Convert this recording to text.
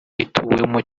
ituwemo